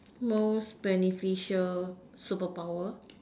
most beneficial superpower